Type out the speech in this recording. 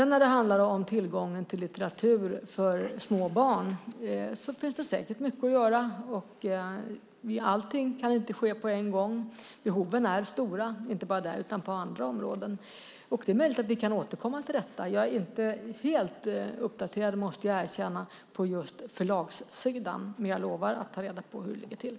När det handlar om tillgången till litteratur för små barn finns det säkert mycket att göra. Allting kan inte ske på en gång. Behoven är stora inte bara där utan också på andra områden. Det är möjligt att vi kan återkomma till detta. Jag är inte - det måste jag erkänna - helt uppdaterad på just förlagssidan, men jag lovar att ta reda på hur det ligger till.